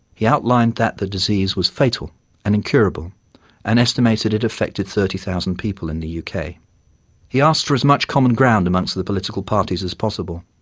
he outlined that the disease was fatal and incurable and estimated it affected thirty thousand people in the yeah uk. he asked for as much common ground amongst the the political parties as possible.